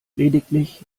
lediglich